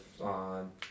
on